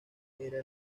era